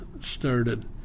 started